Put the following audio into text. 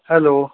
hello